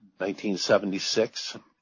1976